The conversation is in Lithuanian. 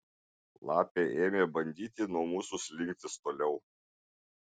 lapė ėmė bandyti nuo mūsų slinktis toliau